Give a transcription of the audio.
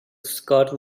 scott